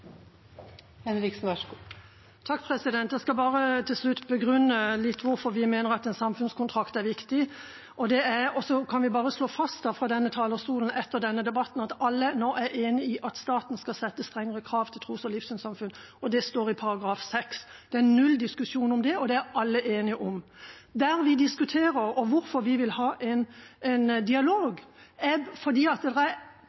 Henriksen har hatt ordet to ganger tidligere og får ordet til en kort merknad, begrenset til 1 minutt. Jeg skal bare til slutt begrunne litt hvorfor vi mener en samfunnskontrakt er viktig. Så kan jeg bare slå fast fra denne talerstolen etter denne debatten at alle nå er enige i at staten skal sette strengere krav til tros- og livssynssamfunn. Det står i § 6. Det er null diskusjon om det, og det er alle enige om. Det vi diskuterer, og grunnen til at vi vil ha en dialog, gjelder at det er